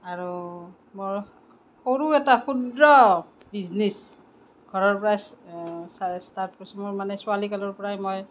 আৰু মোৰ সৰু এটা ক্ষুদ্ৰ বিজনেচ ঘৰৰ পৰা ষ্টাৰ্ট কৰিছোঁ মোৰ মানে ছোৱালীকালৰ পৰাই মই